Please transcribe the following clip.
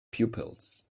pupils